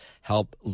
help